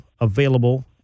available